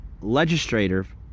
Legislative